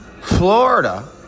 Florida